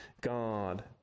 God